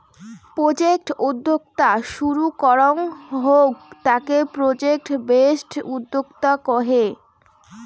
project উদ্যোক্তা শুরু করাঙ হউক তাকে প্রজেক্ট বেসড উদ্যোক্তা কহে